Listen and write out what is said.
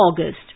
August